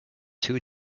two